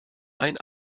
ein